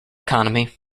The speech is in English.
economy